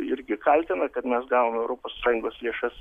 irgi kaltina kad mes gaunam europos sąjungos lėšas